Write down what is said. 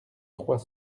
trois